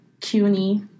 CUNY